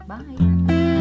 Bye